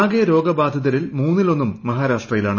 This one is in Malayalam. ആകെ രോഗബാധിതരിൽ മൂന്നിലൊന്നും മഹാരാഷ്ട്രയിലാണ്